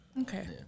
Okay